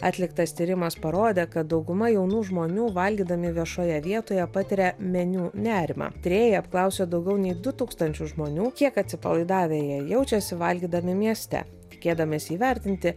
atliktas tyrimas parodė kad dauguma jaunų žmonių valgydami viešoje vietoje patiria meniu nerimą tyrėjai apklausė daugiau nei du tūkstančius žmonių kiek atsipalaidavę jie jaučiasi valgydami mieste tikėdamiesi įvertinti